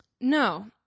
No